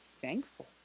thankful